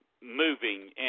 Moving